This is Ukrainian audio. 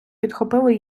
підхопили